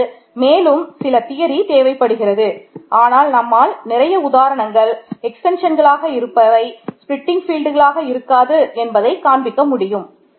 இதற்கு மேலும் சில தியரி ஆகும்